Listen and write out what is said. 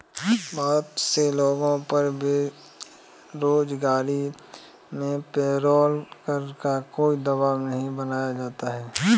बहुत से लोगों पर बेरोजगारी में पेरोल कर का कोई दवाब नहीं बनाया जाता है